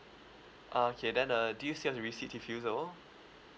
ah okay then uh do you still have the receipt refusal